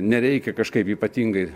nereikia kažkaip ypatingai